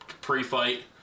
pre-fight